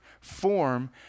form